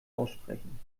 aussprechen